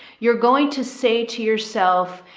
you're going to say to yourself,